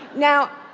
now,